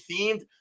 themed